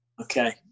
Okay